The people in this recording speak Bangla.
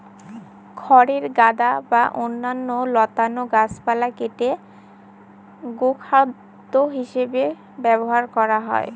খড়ের গাদা বা অন্যান্য লতানো গাছপালা কেটে গোখাদ্য হিসাবে ব্যবহার করা হয়